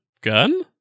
Gun